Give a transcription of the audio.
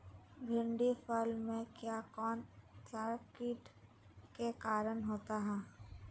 भिंडी फल में किया कौन सा किट के कारण होता है?